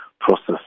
process